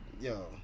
Yo